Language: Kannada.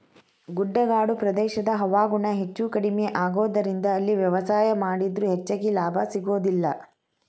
ಗುಡ್ಡಗಾಡು ಪ್ರದೇಶದ ಹವಾಗುಣ ಹೆಚ್ಚುಕಡಿಮಿ ಆಗೋದರಿಂದ ಅಲ್ಲಿ ವ್ಯವಸಾಯ ಮಾಡಿದ್ರು ಹೆಚ್ಚಗಿ ಲಾಭ ಸಿಗೋದಿಲ್ಲ